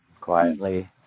quietly